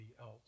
else